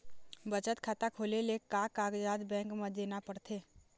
बचत खाता खोले ले का कागजात बैंक म देना पड़थे?